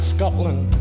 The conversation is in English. Scotland